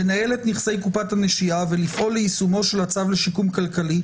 לנהל את נכסי קופת הנשייה ולפעול ליישומו של הצו לשיקום כלכלי,